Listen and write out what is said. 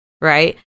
Right